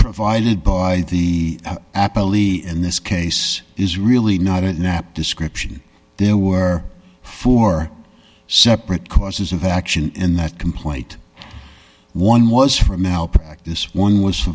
provided by the apple e in this case is really not at nap description there were four separate courses of action in that complaint one was for malpractise one was for